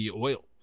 oil